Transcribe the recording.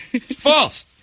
false